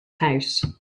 house